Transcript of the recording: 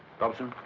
dobson,